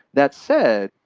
that said,